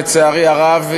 לצערי הרב,